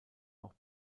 auch